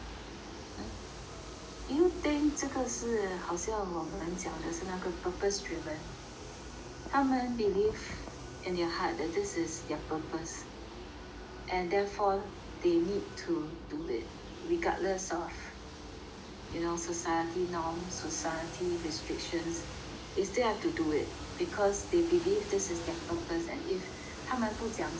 hmm do you think 这个是好像我们讲是那个 purpose driven 他们 believe in their heart that this is their purpose and therefore they need to do it regardless of you know society norm society restrictions they still have to do it because they believe this is their purpose and if 他们不讲什么